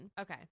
okay